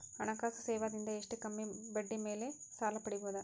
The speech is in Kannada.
ಹಣಕಾಸು ಸೇವಾ ದಿಂದ ಎಷ್ಟ ಕಮ್ಮಿಬಡ್ಡಿ ಮೇಲ್ ಸಾಲ ಪಡಿಬೋದ?